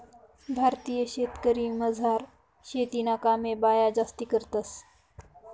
भारतीय शेतीमझार शेतीना कामे बाया जास्ती करतंस